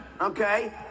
okay